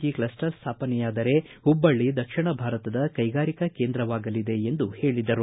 G cluster ಸ್ಥಾಪನೆಯಾದರೆ ಹುಬ್ಬಳ್ಳ ದಕ್ಷಿಣ ಭಾರತದ ಕೈಗಾರಿಕಾ ಕೇಂದ್ರವಾಗಲಿದೆ ಎಂದು ಹೇಳಿದರು